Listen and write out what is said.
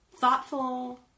thoughtful